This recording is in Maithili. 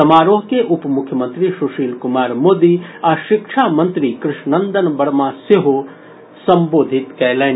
समारोह के उप मुख्यमंत्री सुशील कुमार मोदी आ शिक्षा मंत्री कृष्णनंदन प्रसाद वर्मा सेहो संबोधित कयलनि